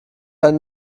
eine